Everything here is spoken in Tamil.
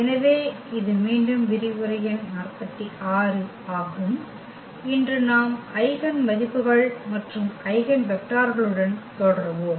எனவே இது மீண்டும் விரிவுரை எண் 46 ஆகும் இன்று நாம் ஐகென் மதிப்புகள் மற்றும் ஐகென் வெக்டர்களுடன் தொடர்வோம்